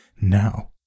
Now